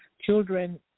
children